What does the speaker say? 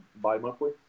bi-monthly